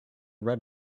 red